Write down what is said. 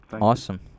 awesome